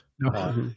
No